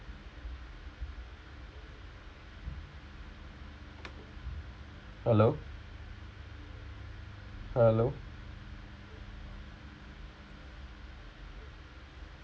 hello hello